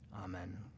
Amen